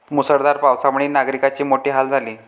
मुसळधार पावसामुळे नागरिकांचे मोठे हाल झाले